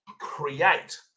create